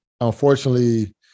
unfortunately